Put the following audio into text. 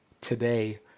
today